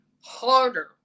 harder